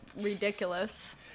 ridiculous